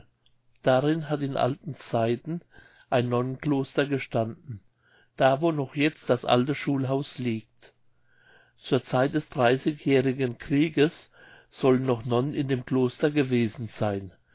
darin hat in alten zeiten ein nonnenkloster gestanden da wo noch jetzt das alte schulhaus liegt zur zeit des dreißigjährigen krieges sollen noch nonnen in dem kloster gewesen seyn